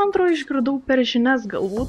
antra išgirdau per žinias galbūt